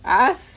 us